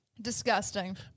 Disgusting